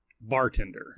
Bartender